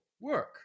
work